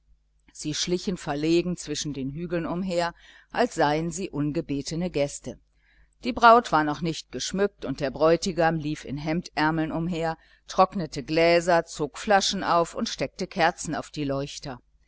sie schlichen verlegen zwischen den hügeln umher als seien sie ungebetene gäste die braut war noch nicht geschmückt und der bräutigam lief in hemdärmeln umher trocknete gläser zog flaschen auf und steckte kerzen auf die leuchter